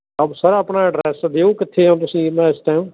up sir ਆਪਣਾ address ਦਿਓ ਕਿੱਥੇ ਹੋ ਤੁਸੀਂ ਨਾ ਇਸ ਟਾਈਮ